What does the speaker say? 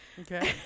Okay